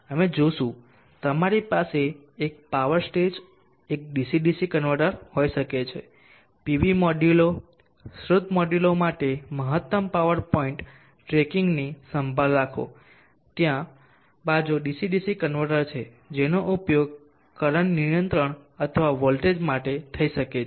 અમે જોશું તમારી પાસે એક પાવર સ્ટેજ એક ડીસી ડીસી કન્વર્ટર હોઈ શકે છે પીવી મોડ્યુલો સ્રોત મોડ્યુલો માટે મહત્તમ પાવર પોઇન્ટ ટ્રેકિંગની સંભાળ રાખો ત્યાં બીજું ડીસી ડીસી કન્વર્ટર છે જેનો ઉપયોગ કરંટ નિયંત્રણ અથવા વોલ્ટેજ માટે થઈ શકે છે